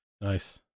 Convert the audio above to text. Nice